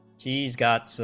sees got so